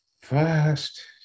first